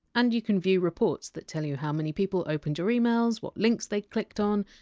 and you can view reports that tell you how many people opened your emails, what links they clicked on,